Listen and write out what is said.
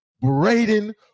Braden